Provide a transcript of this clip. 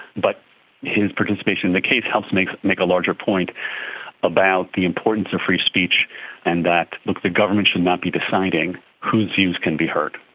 but his participation in the case helps make make a larger point about the importance of free speech and that, look, the government should not be deciding whose views can be heard.